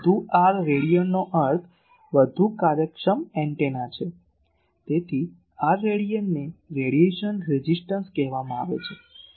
તેથી વધુ R રેડિયનનો અર્થ વધુ કાર્યક્ષમ એન્ટેના છે તેથી આ R રેડિયનને રેડિયેશન રેઝિસ્ટન્સ કહેવામાં આવે છે